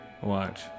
Watch